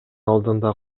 алдында